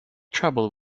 trouble